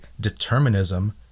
determinism